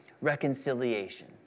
reconciliation